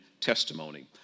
testimony